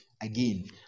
Again